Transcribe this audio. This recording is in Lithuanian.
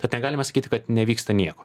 tad negalima sakyti kad nevyksta nieko